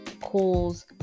calls